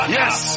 Yes